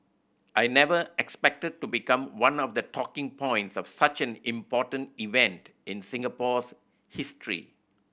I never expected to become one of the talking points of such an important event in Singapore's history